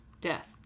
Death